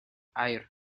aur